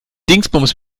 dingsbums